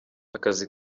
akazi